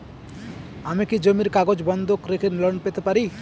আমি কি জমির কাগজ বন্ধক রেখে লোন পেতে পারি?